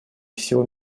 всего